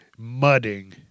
mudding